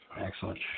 Excellent